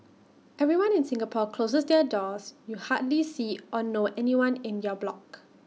everyone in Singapore closes their doors you hardly see or know anyone in your block